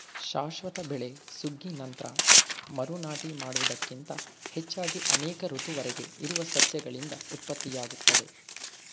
ಶಾಶ್ವತ ಬೆಳೆ ಸುಗ್ಗಿ ನಂತ್ರ ಮರು ನಾಟಿ ಮಾಡುವುದಕ್ಕಿಂತ ಹೆಚ್ಚಾಗಿ ಅನೇಕ ಋತುವರೆಗೆ ಇರುವ ಸಸ್ಯಗಳಿಂದ ಉತ್ಪತ್ತಿಯಾಗ್ತದೆ